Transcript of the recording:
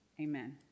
Amen